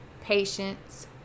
patience